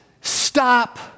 stop